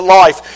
life